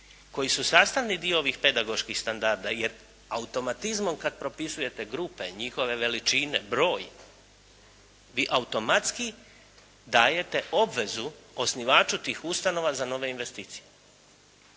koji su sastavni dio ovih pedagoških standarda jer automatizmom kad propisujete grupe, njihove veličine, broj vi automatski dajete obvezu osnivaču tih ustanova za nove investicije.